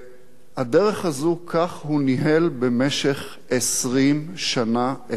כך הוא ניהל במשך 20 שנה את כל הפיקודים בשב"כ.